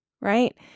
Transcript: Right